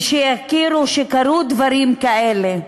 ושידעו שקרו דברים כאלה.